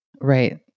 Right